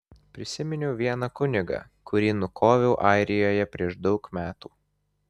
prisiminiau vieną kunigą kurį nukoviau airijoje prieš daug metų